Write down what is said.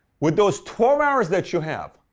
with those twelve hours that you have,